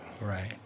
Right